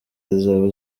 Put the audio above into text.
zizaba